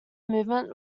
movement